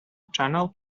channel